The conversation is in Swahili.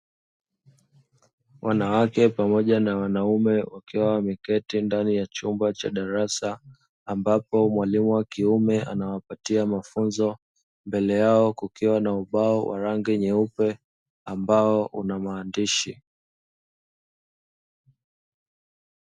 Wanawake pamoja na wanaume wakiwa wameketi ndani ya chumba cha darasa, ambapo mwalimu wa kiume anawapatia mafunzo, mbele yao kukiwa na ubao wa rangi nyeupe ambao una maandishi.